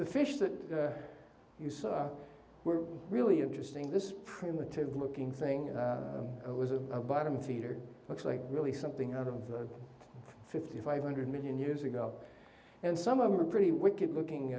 the fish that you saw were really interesting this primitive looking thing was a bottom feeder looks like really something out of the fifty five hundred million years ago and some of them are pretty wicked looking